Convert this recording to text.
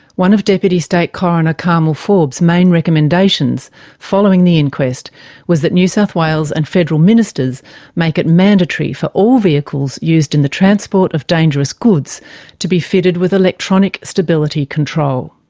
one of deputy state coroner carmel forbes' main recommendations following the inquest was that new south wales and federal ministers make it mandatory for all vehicles used in the transport of dangerous goods be fitted with electronic stability control.